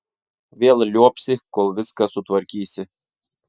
vėl liuobsi kol viską sutvarkysi